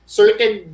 certain